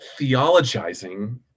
theologizing